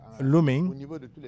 looming